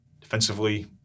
Defensively